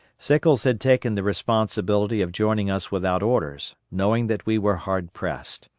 sickles had taken the responsibility of joining us without orders, knowing that we were hard pressed.